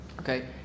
Okay